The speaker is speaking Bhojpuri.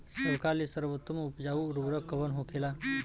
सबका ले सर्वोत्तम उपजाऊ उर्वरक कवन होखेला?